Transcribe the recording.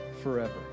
forever